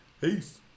Peace